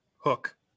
Hook